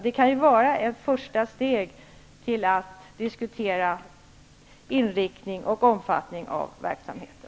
Det kan vara ett första steg till att diskutera inriktning och omfattning av verksamheten.